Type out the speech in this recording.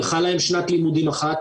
הלכה להם שנת לימודים אחת,